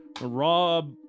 Rob